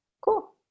cool